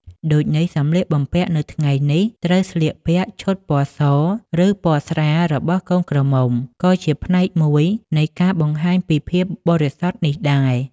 ដូចនេះសម្លៀកបំពាក់នៅថ្ងៃនេះត្រូវស្លៀកពាក់ឈុតពណ៌ស ឬពណ៌ស្រាលរបស់កូនក្រមុំក៏ជាផ្នែកមួយនៃការបង្ហាញពីភាពបរិសុទ្ធនេះដែរ ។